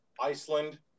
Iceland